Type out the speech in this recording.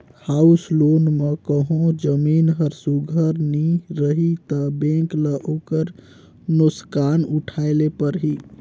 house loan म कहों जमीन हर सुग्घर नी रही ता बेंक ल ओकर नोसकान उठाए ले परही